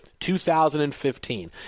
2015